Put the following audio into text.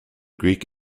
greek